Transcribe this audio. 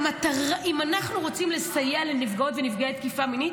אם אנחנו רוצים לסייע לנפגעות ונפגעי תקיפה מינית,